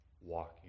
walking